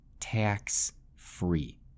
tax-free